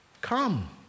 Come